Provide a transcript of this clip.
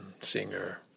singer